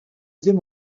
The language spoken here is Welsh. ddim